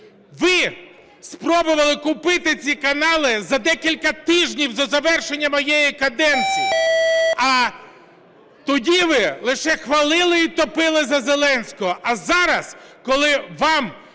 ви спробували купити ці канали за декілька тижнів до завершення моєї каденції. А тоді ви лише хвалили і "топили" за Зеленського, а зараз, коли вас